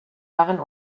waren